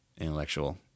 intellectual